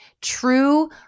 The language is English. true